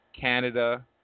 Canada